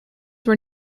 were